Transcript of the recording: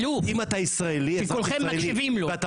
אלוף שכולכם מקשיבים לו.